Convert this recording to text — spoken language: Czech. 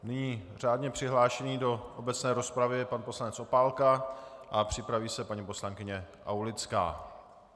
Nyní řádně přihlášený do obecné rozpravy je pan poslanec Opálka a připraví se paní poslankyně Aulická.